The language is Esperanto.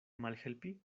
malhelpi